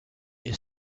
est